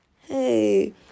Hey